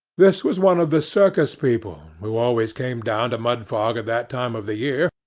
this was one of the circus people, who always came down to mudfog at that time of the year,